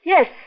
Yes